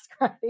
Right